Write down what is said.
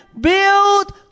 build